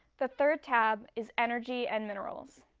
the third tab is energy and minerals.